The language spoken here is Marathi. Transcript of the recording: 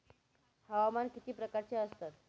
हवामान किती प्रकारचे असतात?